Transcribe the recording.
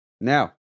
now